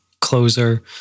Closer